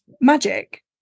magic